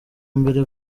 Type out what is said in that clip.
mbere